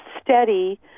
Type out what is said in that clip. steady